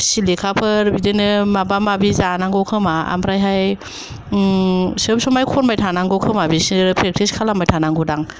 सेलेखाफोर बिदिनो माबा माबि जानांगौ खोमा आमफ्रायहाय ओम सब समाय खनबाय थानांगौ खोमा बिसोरो प्रेक्टिस खालामबाय थानांगौदां